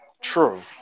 True